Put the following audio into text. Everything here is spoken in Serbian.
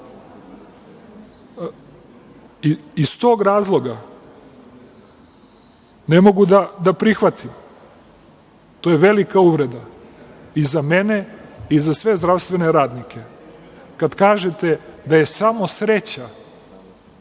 tog razloga ne mogu da prihvatim, to je velika uvreda i za mene i za sve zdravstvene radnike, kada kažete da je samo sreća